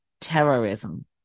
Terrorism